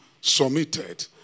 submitted